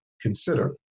consider